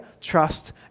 trust